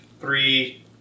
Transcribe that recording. three